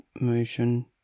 motion